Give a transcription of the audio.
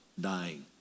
dying